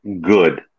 good